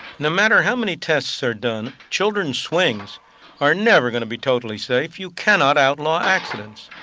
no matter how many tests are done, children's swings are never going to be totally safe. you cannot outlaw accidents.